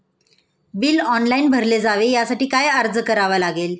Bill online भरले जावे यासाठी काय अर्ज करावा लागेल?